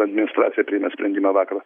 administracija priėmė sprendimą vakar